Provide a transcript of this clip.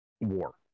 war